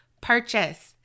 purchase